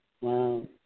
Wow